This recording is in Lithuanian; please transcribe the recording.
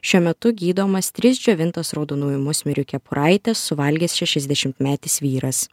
šiuo metu gydomas tris džiovintas raudonųjų musmirių kepuraites suvalgęs šešiasdešimtmetis vyras